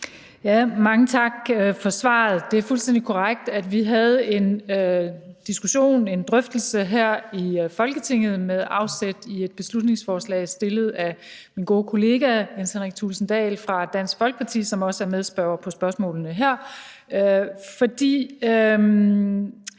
(V): Mange tak for svaret. Det er fuldstændig korrekt, at vi havde en diskussion, en drøftelse, her i Folketinget med afsæt i et beslutningsforslag fremsat af min gode kollega hr. Jens Henrik Thulesen Dahl fra Dansk Folkeparti, som også er medspørger på spørgsmålene her. Hvis